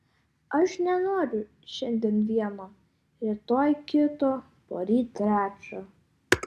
aš nenoriu šiandien vieno rytoj kito poryt trečio